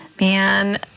Man